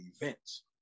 events